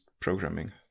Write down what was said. programming